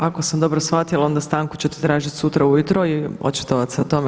Ako sam dobro shvatila onda stanku ćete tražiti sutra ujutro i očitovati se o tome.